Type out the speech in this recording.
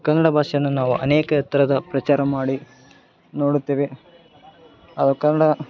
ಕನ್ನಡ ಭಾಷೆಯನ್ನು ನಾವು ಅನೇಕ ಥರದ ಪ್ರಚಾರ ಮಾಡಿ ನೋಡುತ್ತೇವೆ ಆ ಕನ್ನಡ